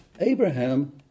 Abraham